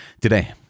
Today